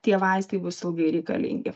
tie vaistai bus ilgai reikalingi